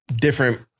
different